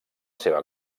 seva